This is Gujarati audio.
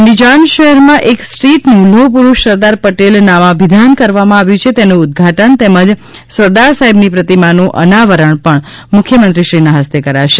અન્ડિજાન શહેરમાં એક સ્ટ્રીટનું લોહપુડુષ સરદાર પટેલ નામાભિધાન કરવામાં આવ્યું છે તેનું ઉદઘાટન તેમજ સરદાર સાહેબની પ્રતિમાનું અનાવરણ પણ મુખ્યમંત્રીશ્રીના હસ્તે કરાશે